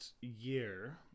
year